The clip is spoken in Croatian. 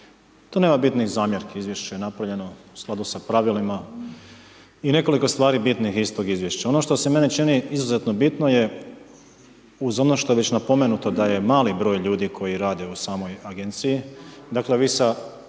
tu nema bitnih zamjerki izvješće je napravljeno u skladu s pravilima i nekoliko stvarnih bitnih iz toga izvješća. Ono što e meni čini izuzetno bitno je uz ono što je već napomenuto da je mali broj ljudi koji rade u samoj agenciji, dakle, vi sa